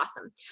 awesome